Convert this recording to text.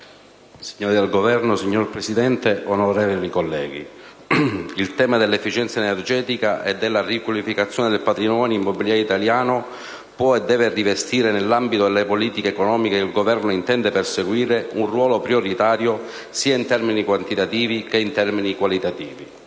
signori del Governo, onorevoli colleghi, il tema dell'efficienza energetica e della riqualificazione del patrimonio immobiliare italiano può e deve rivestire, nell'ambito delle politiche economiche che il Governo intende perseguire, un ruolo prioritario, sia in termini quantitativi che in termini qualitativi.